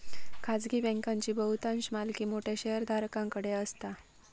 खाजगी बँकांची बहुतांश मालकी मोठ्या शेयरधारकांकडे असता